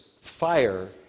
fire